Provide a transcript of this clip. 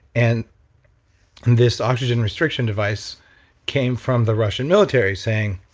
and this oxygen restriction device came from the russian military saying,